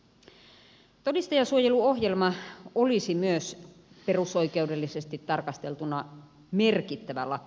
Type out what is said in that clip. todistajansuojeluohjelma olisi myös perusoikeudellisesti tarkasteltuna merkittävä laki